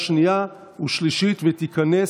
בעד, 20, אין נגד,